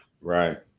Right